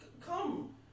come